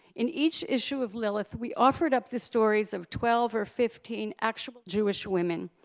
in each issue of lilith, we offered up the stories of twelve or fifteen actual jewish women.